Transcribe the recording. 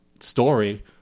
story